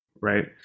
right